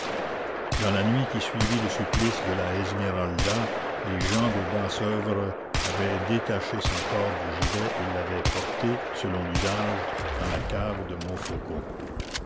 dans la nuit qui suivit le supplice de la esmeralda les gens des basses oeuvres avaient détaché son corps du gibet et l'avaient porté selon l'usage dans la cave de montfaucon